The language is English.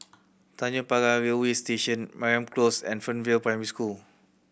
Tanjong Pagar Railway Station Mariam Close and Fernvale Primary School